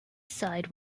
side